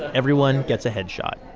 everyone gets a headshot